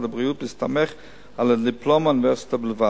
הבריאות בהסתמך על הדיפלומה מהאוניברסיטה בלבד.